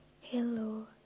hello